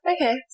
Okay